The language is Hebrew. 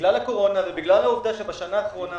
שבגלל הקורונה ובגלל העובדה שבשנה האחרונה